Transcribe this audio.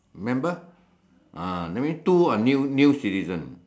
remember ah that mean two are new new citizen